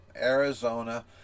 Arizona